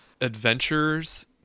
adventures